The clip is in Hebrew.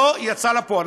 לא יצא לפועל.